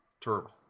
Terrible